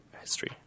history